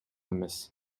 эмес